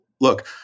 look